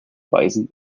weisen